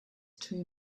too